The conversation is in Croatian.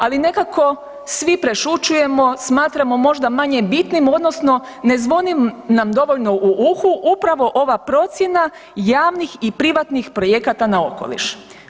Ali nekako svi prešućujemo, smatramo možda manje bitnim, odnosno ne zvoni nam dovoljno u uhu upravo ova procjena javnih i privatnih projekata na okoliš.